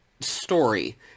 story